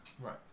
Right